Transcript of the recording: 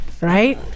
Right